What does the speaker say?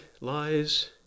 lies